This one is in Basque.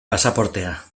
pasaportea